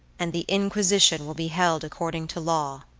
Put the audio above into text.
and the inquisition will be held according to law.